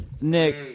Nick